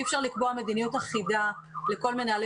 אי אפשר לקבוע מדיניות אחידה לכל מנהלי